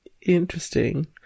Interesting